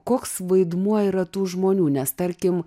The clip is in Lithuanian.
koks vaidmuo yra tų žmonių nes tarkim